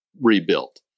rebuilt